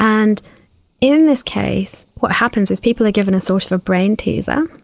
and in this case what happens is people are given a sort of of brainteaser.